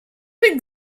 been